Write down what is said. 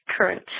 current